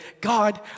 God